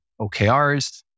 OKRs